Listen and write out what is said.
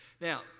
Now